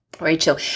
Rachel